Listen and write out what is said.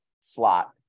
slot